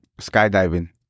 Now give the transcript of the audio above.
skydiving